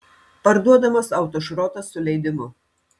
parduodamas autošrotas su leidimu